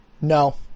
No